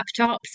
laptops